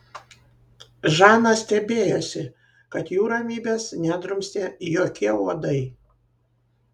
žana stebėjosi kad jų ramybės nedrumstė jokie uodai